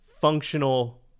functional